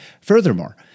Furthermore